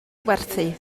werthu